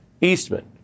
Eastman